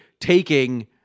taking